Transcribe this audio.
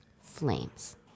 Flames